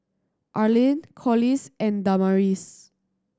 Arlyn Corliss and Damaris